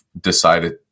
decided